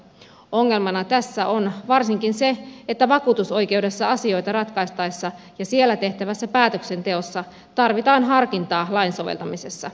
ongelmana tässä on varsinkin se että vakuutusoikeudessa asioita ratkaistaessa ja siellä tehtävässä päätöksenteossa tarvitaan harkintaa lain soveltamisessa